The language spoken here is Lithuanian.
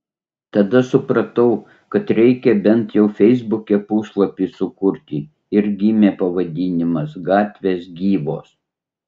tada supratau kad reikia bent jau feisbuke puslapį sukurti ir gimė pavadinimas gatvės gyvos